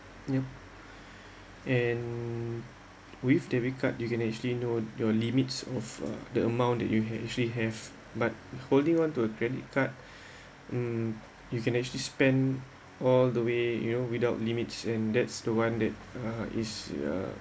yup and with debit card you can actually know your limits of uh the amount that you can actually have but holding one to a credit card mm you can actually spend all the way you know without limits and that's the one that uh is uh